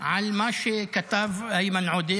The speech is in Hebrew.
על מה שכתב איימן עודה,